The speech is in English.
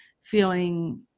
feeling